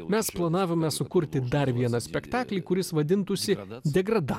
mes planavome sukurti dar vieną spektaklį kuris vadintųsi degrada